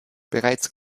bereits